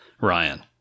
Ryan